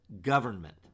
government